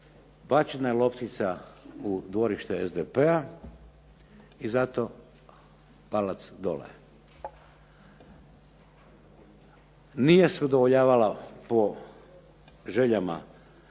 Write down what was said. bačena je loptica u dvorište SDP-a i zato palac dole. Nije se udovoljavalo po željama